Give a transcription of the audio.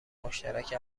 مشترک